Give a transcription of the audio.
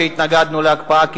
אף-על-פי שהתנגדנו להקפאה,